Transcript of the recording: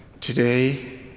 Today